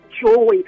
joy